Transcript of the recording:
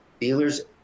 dealers